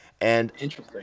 Interesting